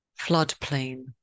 Floodplain